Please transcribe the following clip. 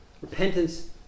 repentance